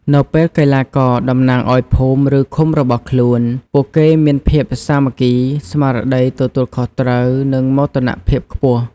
នៅពេលកីឡាករតំណាងឱ្យភូមិ ឬឃុំរបស់ខ្លួន ពួកគេមានភាពសាមគ្គី ស្មារតីទទួលខុសត្រូវ និងមោទកភាពខ្ពស់។